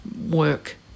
work